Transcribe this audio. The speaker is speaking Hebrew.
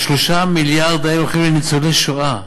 ה-3 מיליארד האלה הולכים לניצולי שואה.